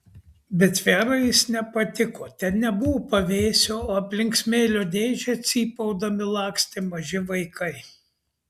bet verai jis nepatiko ten nebuvo pavėsio o aplink smėlio dėžę cypaudami lakstė maži vaikai